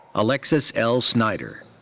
alexis l. snyder.